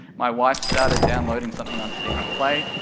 my wife started downloading something on steam to play,